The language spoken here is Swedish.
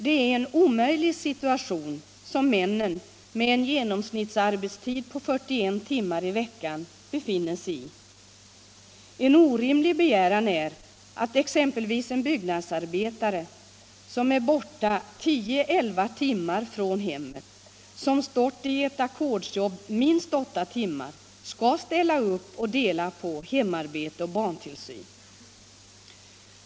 Det är en omöjlig situation som männen, med en genomsnittsarbetstid på 41 timmar i veckan, befinner sig i. En orimlig begäran är att exempelvis en byggnadsarbetare, som är borta tio elva timmar från hemmet och som stått i ett ackordsjobb under minst åtta timmar skall ställa upp och dela på hemarbete och barntillsyn.